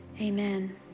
amen